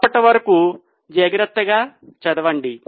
అప్పటివరకు జాగ్రత్తగా చదవండి